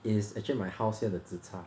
is actually my house here the zi char